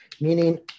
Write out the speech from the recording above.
meaning